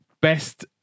best